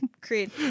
Creed